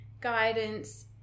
guidance